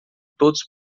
todos